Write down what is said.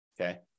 Okay